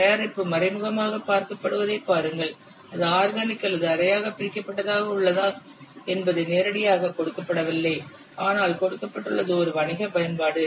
தயாரிப்பு மறைமுகமாகப் பார்க்கப்படுவதைப் பாருங்கள் அது ஆர்கானிக் அல்லது அரையாக பிரிக்கப்பட்டதாக உள்ளதா என்பது நேரடியாகக் கொடுக்கப்படவில்லை ஆனால் கொடுக்கப்பட்டுள்ளது ஒரு வணிக பயன்பாடு